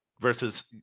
versus